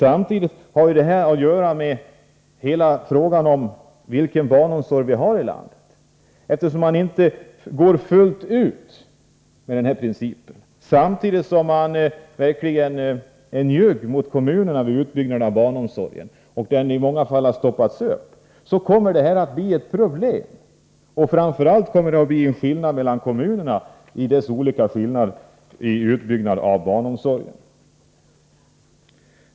Samtidigt har detta att göra med vilken barnomsorg vi har. Man tillämpar inte principen fullt ut. Man är njugg mot kommunerna vid utbyggnad av barnomsorgen, som i många fall har stoppats upp. Därför kommer det att bli problem. Framför allt blir det skillnader mellan kommunerna när det gäller utbyggnaden av barnomsorgen.